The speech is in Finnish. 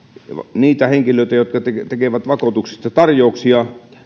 niistä henkilöistä jotka tekevät tekevät vakuutuksista tar jouksia